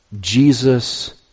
Jesus